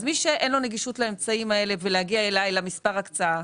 אז מי שאין לו נגישות לאמצעים האלה ולהגיע אלי למספר הקצאה,